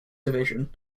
division